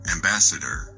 Ambassador